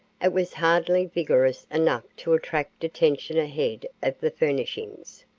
it was hardly vigorous enough to attract attention ahead of the furnishings.